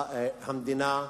המדינה,